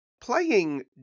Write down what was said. playing